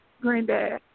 granddad